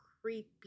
creepy